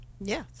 Yes